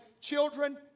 children